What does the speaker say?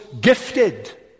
gifted